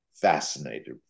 fascinated